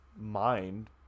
mind